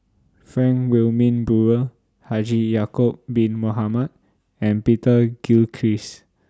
Frank Wilmin Brewer Haji Ya'Acob Bin Mohamed and Peter Gilchrist